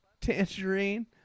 tangerine